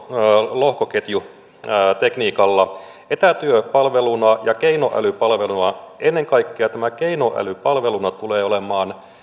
lohkoketjutekniikalla etätyö palveluna ja keinoäly palveluna ennen kaikkea tämä keinoäly palveluna tulee olemaan